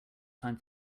time